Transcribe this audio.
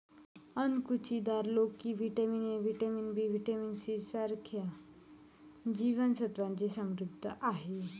अणकुचीदार लोकी vitamin A, vitamin B, vitamin C यांसारख्या जीवन सत्त्वांनी समृद्ध आहे